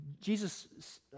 Jesus